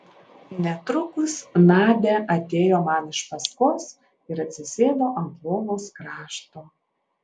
netrukus nadia atėjo man iš paskos ir atsisėdo ant lovos krašto